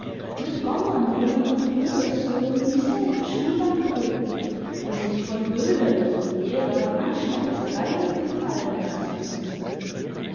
mit bauemjungen und bürgersöhnen dieselbe schulbank drücken und sich von bürgerlichen lehrern anschnauzereien gefallen lassen müsse